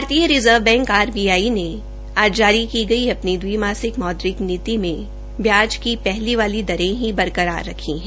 भारतीय reserve bank RBI ने आज जारी की गई अ नी दविमासिक मौद्रिक नीति में ब्याज की हले वाली दरें ही बरकरार रखी है